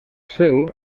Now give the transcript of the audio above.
seu